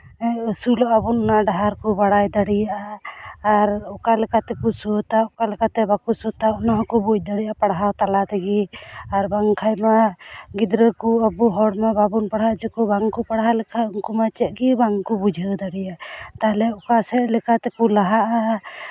ᱟᱹᱥᱩᱞᱚᱜᱼᱟ ᱵᱚᱱ ᱚᱱᱟ ᱰᱟᱦᱟᱨ ᱠᱚ ᱵᱟᱲᱟᱭ ᱫᱟᱲᱮᱭᱟᱜᱼᱟ ᱟᱨ ᱚᱠᱟ ᱞᱮᱠᱟ ᱛᱮᱠᱚ ᱥᱳᱫᱷᱼᱟ ᱟᱨ ᱚᱠᱟ ᱞᱮᱠᱟᱛᱮ ᱵᱟᱠᱚ ᱥᱳᱫᱷᱼᱟ ᱚᱱᱟ ᱦᱚᱸᱠᱚ ᱵᱩᱡᱽ ᱫᱟᱲᱮᱭᱟᱜᱼᱟ ᱯᱟᱲᱦᱟᱣ ᱛᱟᱞᱟ ᱛᱮᱜᱮ ᱟᱨ ᱵᱟᱝᱠᱷᱟᱱ ᱢᱟ ᱜᱤᱫᱽᱨᱟᱹ ᱠᱚ ᱟᱵᱚ ᱦᱚᱲ ᱢᱟ ᱵᱟᱵᱚᱱ ᱯᱟᱲᱦᱟᱣ ᱦᱚᱪᱚ ᱠᱚᱣᱟ ᱵᱟᱝ ᱠᱚ ᱯᱟᱲᱦᱟᱣ ᱞᱮᱠᱷᱟᱱ ᱩᱱᱠᱩ ᱢᱟ ᱪᱮᱫ ᱜᱮ ᱵᱟᱝ ᱠᱚ ᱵᱩᱡᱷᱟᱹᱣ ᱫᱟᱲᱮᱭᱟᱜᱼᱟ ᱛᱟᱦᱞᱮ ᱚᱠᱟ ᱥᱮᱫ ᱞᱮᱠᱟ ᱛᱮᱠᱚ ᱞᱟᱦᱟᱜᱼᱟ